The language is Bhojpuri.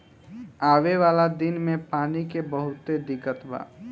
आवे वाला दिन मे पानी के बहुते दिक्कत बा